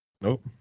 Nope